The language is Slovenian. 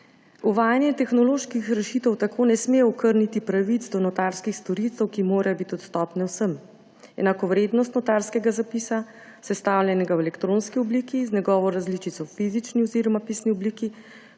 Uvajanje tehnoloških rešitev tako ne sme okrniti pravic do notarskih storitev, ki morajo biti dostopne vsem. Enakovrednost notarskega zapisa, sestavljenega v elektronski obliki, z njegovo različico v fizični oziroma pisni obliki